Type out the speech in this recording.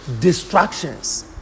distractions